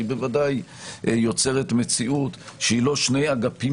בוודאי יוצרת מציאות שהיא לא שני אגפים